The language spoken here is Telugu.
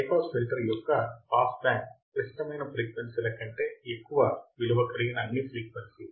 హై పాస్ ఫిల్టర్ యొక్క పాస్ బ్యాండ్ క్లిష్టమైన ఫ్రీక్వెన్సీ ల కంటే ఎక్కువ విలువ కలిగిన అన్ని ఫ్రీక్వెన్సీ లు